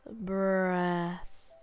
breath